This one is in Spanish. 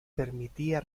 permitía